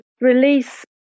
release